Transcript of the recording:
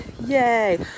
Yay